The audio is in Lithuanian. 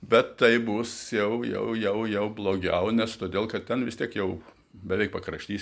bet tai bus jau jau jau jau blogiau nes todėl kad ten vis tiek jau beveik pakraštys